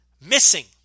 missing